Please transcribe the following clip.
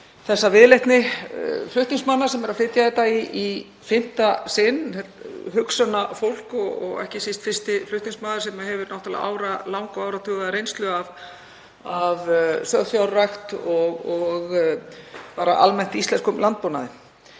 þessa viðleitni flutningsmanna sem eru að flytja þetta mál í fimmta sinn, hugsjónafólk, og ekki síst fyrsti flutningsmaður sem hefur áralanga og áratuga reynslu af sauðfjárrækt og almennt í íslenskum landbúnaði.